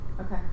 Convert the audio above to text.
Okay